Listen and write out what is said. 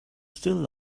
still